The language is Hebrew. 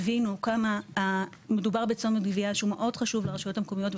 הבינו כמה מדובר בצומת גבייה שהוא מאוד חשוב לרשויות המקומיות,